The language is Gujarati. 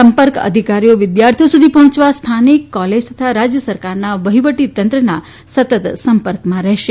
સંપર્ક અધિકારીઓ વિદ્યાર્થી સુધી પહોંચવા સ્થાનિક કોલેજ તથા રાજ્ય સરકારના વહિવટીતંત્રના સતત સંપર્કમાં રહેશે